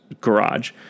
garage